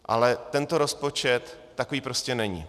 Ale tento rozpočet takový prostě není.